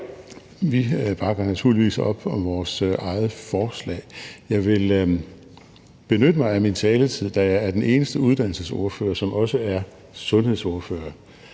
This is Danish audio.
Vi bakker naturligvis op om vores eget forslag. Jeg vil benytte mig af min taletid, da jeg er den eneste uddannelsesordfører, som også er sundhedsordfører,